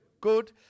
Good